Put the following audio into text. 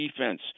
defense